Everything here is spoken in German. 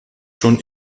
schon